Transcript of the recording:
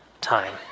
time